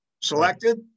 selected